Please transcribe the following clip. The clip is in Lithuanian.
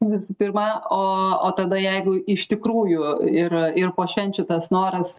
visų pirma o o tada jeigu iš tikrųjų ir ir po švenčių tas noras